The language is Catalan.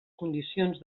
condicions